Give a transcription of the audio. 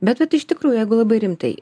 bet vat iš tikrųjų jeigu labai rimtai